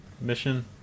mission